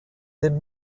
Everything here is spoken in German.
den